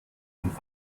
und